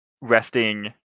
resting